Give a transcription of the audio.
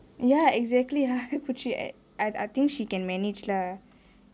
ya exactly how could she I think she can manage lah